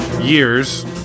years